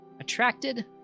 attracted